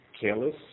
careless